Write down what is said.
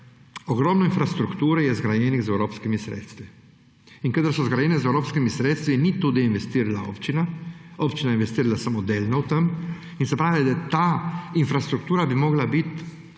Ogromno infrastrukture je zgrajene z evropskimi sredstvi in kadar so zgrajene z evropskimi sredstvi, ni tudi investirala občina, občina je investirala samo delno, se pravi, da ta infrastruktura bi morala biti